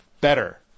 better